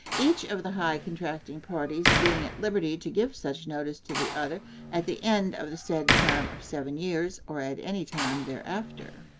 each of the high contracting parties being at liberty to give such notice to the other at the end of the said term of seven years or at any time thereafter.